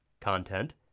content